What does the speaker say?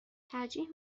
ترجیح